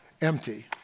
empty